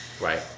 Right